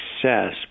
success